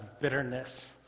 bitterness